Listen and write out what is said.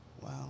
Wow